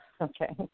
Okay